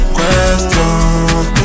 Question